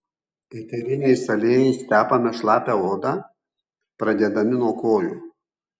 eteriniais aliejais tepame šlapią odą pradėdami nuo kojų